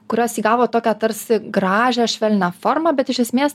kurios įgavo tokią tarsi gražią švelnią formą bet iš esmės